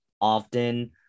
often